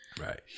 Right